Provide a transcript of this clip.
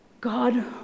God